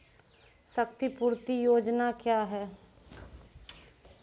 क्षतिपूरती योजना क्या हैं?